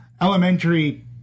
Elementary